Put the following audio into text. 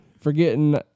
forgetting